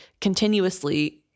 continuously